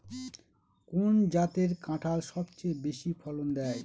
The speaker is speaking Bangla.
কোন জাতের কাঁঠাল সবচেয়ে বেশি ফলন দেয়?